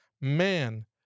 Man